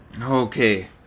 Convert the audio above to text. Okay